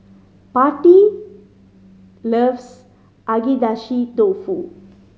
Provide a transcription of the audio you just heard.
Patti loves Agedashi Dofu